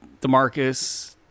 Demarcus